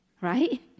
right